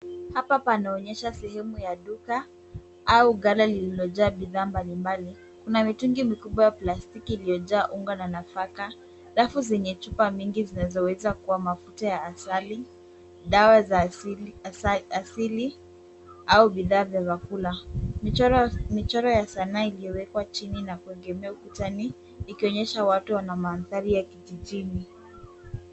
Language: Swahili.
Hapa panaonyesha sehemu ya duka au ghala lililojaa bidhaa mbalimbali. Kuna mitungi mikubwa ya plastiki iliyojaa unga na nafaka, rafu zenye chupa mingi zinazoweza kuwa mafuta ya asali, dawa za asili au bidhaa vya vyakula. Michoro ya sanaa iliyowekwa chini na kuegemea ukutani ikionyesha watu na mandhari ya kijijini.